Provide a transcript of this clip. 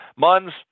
Muns